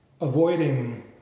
avoiding